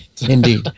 indeed